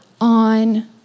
on